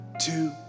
two